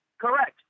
Correct